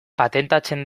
patentatzen